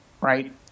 right